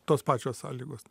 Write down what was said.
tos pačios sąlygos